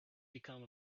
become